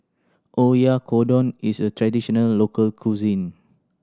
oyakodon is a traditional local cuisine